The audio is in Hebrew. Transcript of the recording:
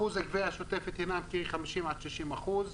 אחוזי הגביה השוטפת הינם כ-50% 60% .